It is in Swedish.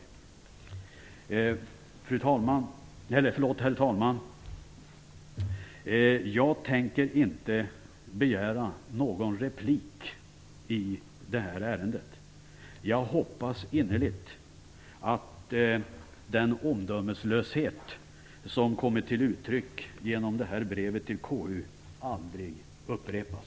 Herr talman! Jag tänker inte begära någon replik i detta ärende. Jag hoppas innerligt att den omdömeslöshet som kommit till uttryck genom brevet till KU aldrig upprepas.